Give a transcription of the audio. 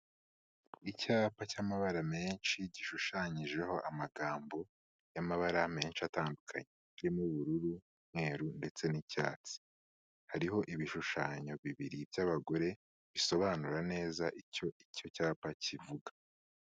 Icyapa cy'amabara menshi gishushanyijeho amagambo y'amabara menshi atandukanye. Kirimo ubururu n'umweruru ndetse n'icyatsi. Hariho ibishushanyo bibiri by'abagore bisobanura neza icyo icyo cyapa kivuga.